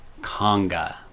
conga